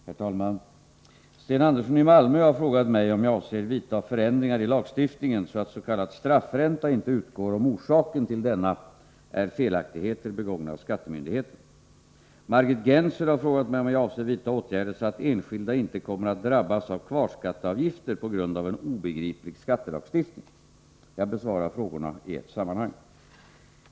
Herr talman! Sten Andersson i Malmö har frågat mig om jag avser vidta förändringar i lagstiftningen så att s.k. straffränta inte utgår om orsaken till denna är felaktigheter begångna av skattemyndigheten. Margit Gennser har frågat mig om jag avser vidta åtgärder så att enskilda inte kommer att drabbas av kvarskatteavgifter på grund av en obegriplig skattelagstiftning. Jag besvarar frågorna i ett sammanhang.